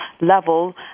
level